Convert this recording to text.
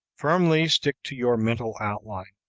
firmly stick to your mental outline.